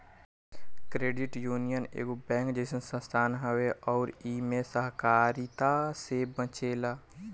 credit union एगो bank जइसन संस्था हवे अउर इ के सहकारिता से चलेला